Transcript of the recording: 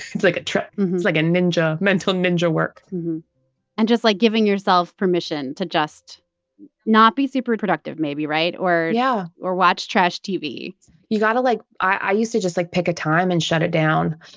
it's like a trick. it's like a ninja mental ninja work and just, like, giving yourself permission to just not be super-productive maybe right? or. yeah. watch trash tv you've got to, like i used to just, like, pick a time and shut it down.